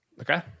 Okay